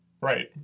right